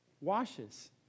Washes